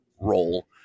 role